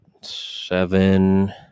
seven